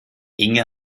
inge